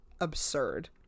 absurd